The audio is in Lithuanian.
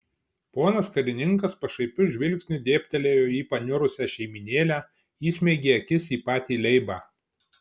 ponas karininkas pašaipiu žvilgsniu dėbtelėjo į paniurusią šeimynėlę įsmeigė akis į patį leibą